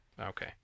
Okay